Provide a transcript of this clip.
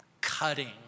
cutting